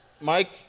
Mike